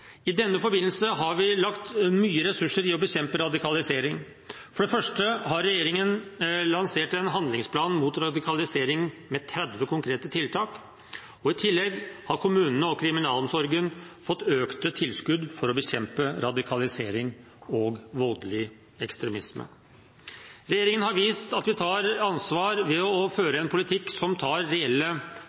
I denne forbindelse har vi lagt mye ressurser i å bekjempe radikalisering. For det første har regjeringen lansert en handlingsplan mot radikalisering med 30 konkrete tiltak. I tillegg har kommunene og kriminalomsorgen fått økte tilskudd for å bekjempe radikalisering og voldelig ekstremisme. Regjeringen har vist at den tar ansvar ved å føre en politikk som tar reelle